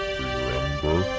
remember